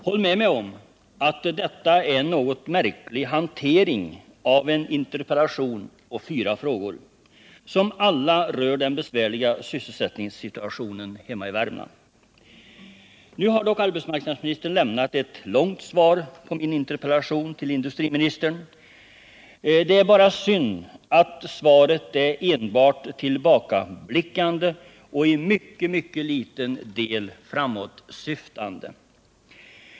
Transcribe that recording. Håll med mig om att detta är en något märklig hantering av en interpellation och fyra frågor, som alla rör den besvärliga sysselsättningssituationen hemma i Värmland. Nu har dock arbetsmarknadsministern lämnat ett långt svar på min interpellation till industriministern. Det är bara synd att svaret nästan enbart är tillbakablickande och i mycket, mycket liten del framåtsyftande.